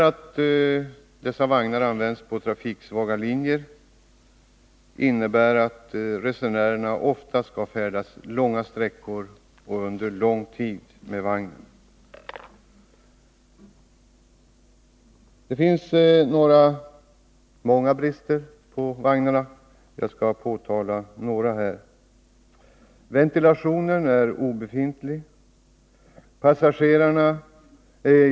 Att dessa vagnar används på trafiksvaga linjer innebär att resenärerna ofta skall färdas långa sträckor och lång tid med dem. Det finns många brister på vagnarna. Jag skall här påtala några. Ventilationen är praktiskt taget obefintlig.